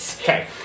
Okay